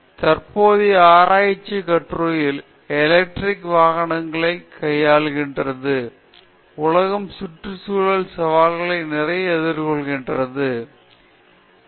பிரியங்கா என் தற்போதைய ஆராய்ச்சிக் கட்டுரை எலக்ட்ரானிக் வாகனங்களைக் கையாள்கிறது உலகமே சுற்றுச்சூழல் சவால்களை நிறைய எதிர்கொள்கிறது என்று இப்போது நாம் பார்க்கின்றோம்